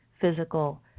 physical